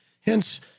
Hence